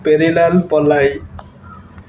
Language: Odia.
ପେରିନାଲ୍ ପଲାଇ